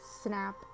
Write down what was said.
Snap